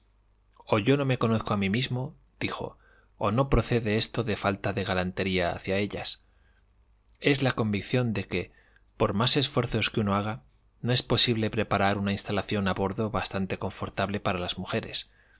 o yo no me conozco a mí mismodijo o no procede esto de falta de galantería hacia ellas es la convicción de que por más esfuerzos que uno haga no es posible preparar una instalación a bordó bastante confortable para las mujeres